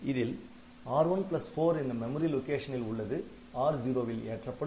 இதில் R14 என்னும் memory லொக்கேஷனில் உள்ளது R0 ல் ஏற்றப்படும்